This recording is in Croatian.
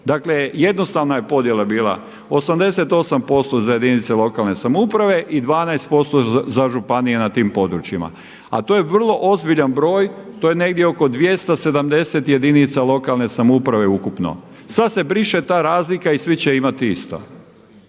Dakle jednostavna je podjela bila, 88% za jedinice lokalne samouprave i 12% za županije na tim područjima. A to je vrlo ozbiljan broj, to je negdje oko 270 jedinica lokalne samouprave ukupno. Sada se briše ta razlika i svi će imati isto.